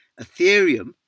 Ethereum